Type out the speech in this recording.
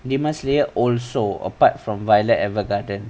demons slayer also apart from violet evergarden